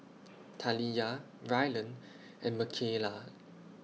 Taliyah Rylan and Makayla